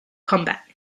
combat